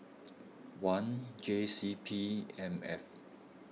one J C P M F